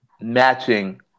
matching